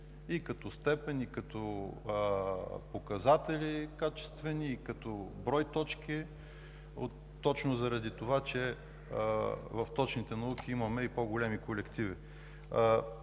и като степен, и като качествени показатели, и като брой точки точно заради това, че в точните науки имаме и по-големи колективи.